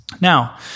Now